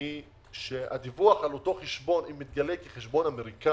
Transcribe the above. היא שהדיווח על אותו חשבון אם יתגלה כחשבון אמריקאי,